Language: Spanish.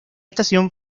estación